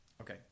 Okay